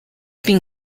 been